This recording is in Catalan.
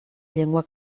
llengua